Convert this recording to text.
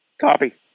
Copy